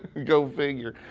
go figure!